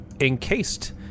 encased